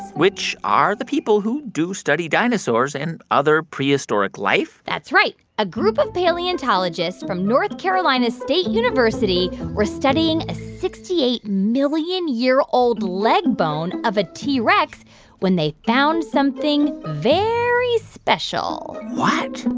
which are the people who do study dinosaurs and other prehistoric life? that's right. a group of paleontologists from north carolina state university were studying a sixty eight million year old leg bone of a t. rex when they found something very special what?